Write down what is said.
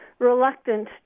Reluctant